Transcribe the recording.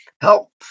help